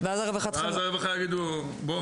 ואז הרווחה יגידו "בוא...".